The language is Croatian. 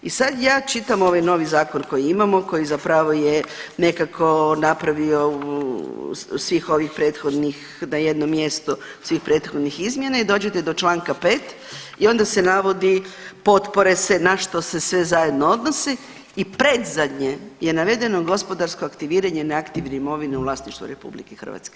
I sad ja čitam ovaj novi zakon koji imamo, koji zapravo je nekako napravio svih ovih prethodnih na jednom mjestu svih prethodnih izmjena i dođete do Članka 5. i onda se navodi potpore se, na što se sve zajedno odnosi i predzadnje je navedeno gospodarsko aktiviranje neaktivne imovine u vlasništvu RH.